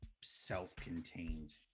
self-contained